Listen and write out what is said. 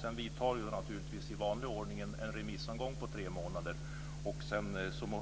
Sedan vidtar naturligtvis i vanlig ordning en remissomgång på tre månader, och